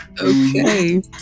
Okay